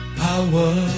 power